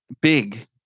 big